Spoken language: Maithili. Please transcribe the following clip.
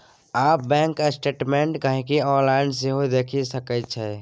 आब बैंक स्टेटमेंट गांहिकी आनलाइन सेहो देखि सकै छै